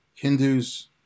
Hindus